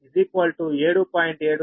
0257